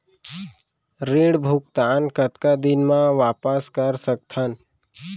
ऋण भुगतान कतका दिन म वापस कर सकथन?